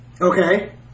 Okay